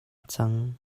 cang